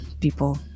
people